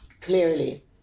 clearly